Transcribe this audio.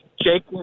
Jake